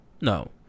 No